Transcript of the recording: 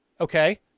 Okay